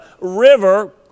river